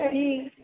तर्हि